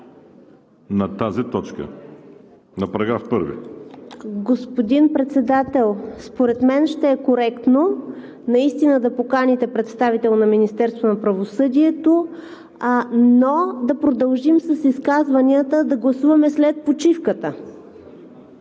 1? ДОКЛАДЧИК ДЕСИСЛАВА АТАНАСОВА: Господин Председател, според мен ще е коректно наистина да поканите представител на Министерството на правосъдието, но да продължим с изказванията и да гласуваме след почивката.